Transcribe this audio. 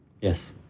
Yes